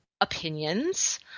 opinions